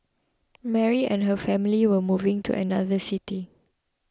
Mary and her family were moving to another city